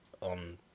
on